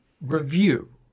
review